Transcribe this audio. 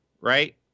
right